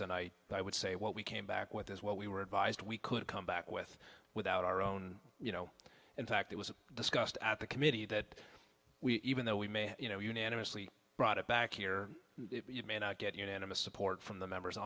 and i would say what we came back with is what we were advised we could come back with without our own you know in fact it was discussed at the committee that we even though we may you know unanimously brought it back here you may not get unanimous support from the members